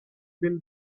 bill